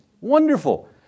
Wonderful